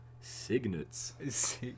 Signets